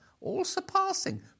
all-surpassing